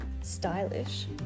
Stylish